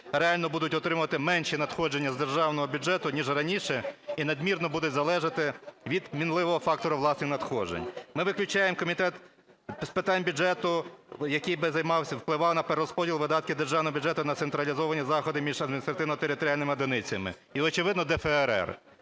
реально будуть отримувати менші надходження з державного бюджету, ніж раніше, і надмірно будуть залежати від мінливого фактору власних надходжень. Ми виключаємо Комітет з питань бюджету, який би займався, впливав на перерозподіл видатків державного бюджету на централізовані заходи між адміністративно-територіальними одиницями, і, очевидно, ДФРР.